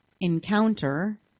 encounter